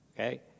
Okay